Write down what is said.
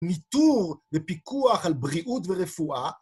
ניטור ופיקוח על בריאות ורפואה.